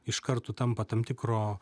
iš karto tampa tam tikro